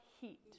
heat